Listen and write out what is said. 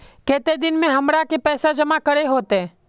केते दिन में हमरा के पैसा जमा करे होते?